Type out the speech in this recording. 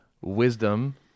Wisdom